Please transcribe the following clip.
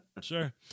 Sure